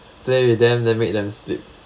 play with them then make them sleep